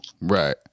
Right